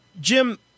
Jim